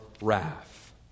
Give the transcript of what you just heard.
wrath